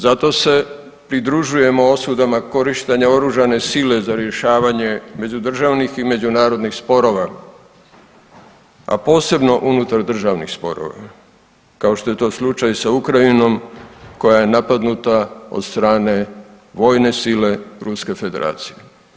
Zato se pridružujemo osudama korištenja oružane sile za rješavanje međudržavnih i međunarodnih sporova, a posebno unutar državnih sporova, kao što je to slučaj i sa Ukrajinom koja je napadnuta od strane vojne sile Ruske Federacije.